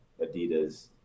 Adidas